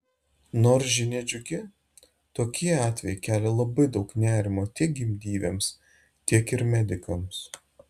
nors žinia džiugi tokie atvejai kelia labai daug nerimo tiek gimdyvėms tiek ir medikams